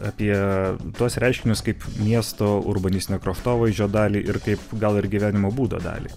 apie tuos reiškinius kaip miesto urbanistinio kraštovaizdžio dalį ir kaip gal ir gyvenimo būdo dalį